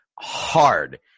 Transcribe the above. hard